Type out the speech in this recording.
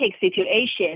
situations